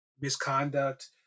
misconduct